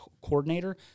coordinator